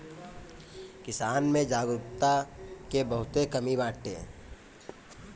किसान में जागरूकता के बहुते कमी बाटे